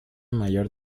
mayor